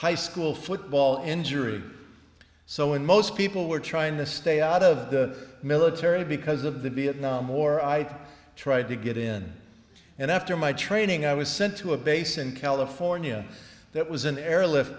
high school football injury so when most people were trying to stay out of the military because of the vietnam war i tried to get in and after my training i was sent to a base in california that was an airlift